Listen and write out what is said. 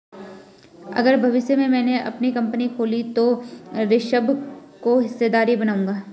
अगर भविष्य में मैने अपनी कंपनी खोली तो ऋषभ को हिस्सेदार बनाऊंगा